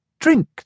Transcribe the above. Drink